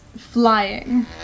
Flying